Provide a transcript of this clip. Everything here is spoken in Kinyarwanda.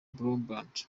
bloomberg